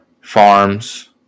farms